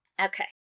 Okay